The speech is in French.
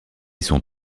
son